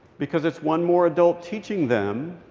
because it's one more adult teaching them,